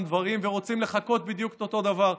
דברים ורוצים לחקות בדיוק את אותו דבר.